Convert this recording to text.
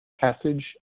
passage